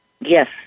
Yes